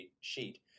sheet